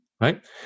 right